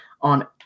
on